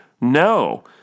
no